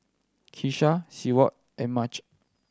Keesha Seward and Mychal